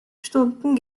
stunden